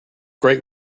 great